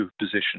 position